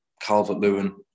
Calvert-Lewin